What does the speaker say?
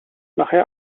nachher